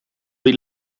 die